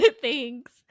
thanks